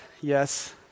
yes